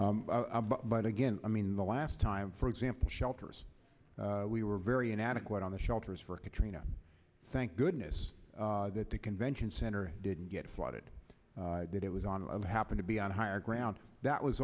season but again i mean the last time for example shelters we were very inadequate on the shelters for katrina thank goodness that the convention center didn't get flooded that it was on happen to be on higher ground that was